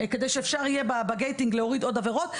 כדי שאפשר יהיה בגייטינג להוריד עוד עבירות.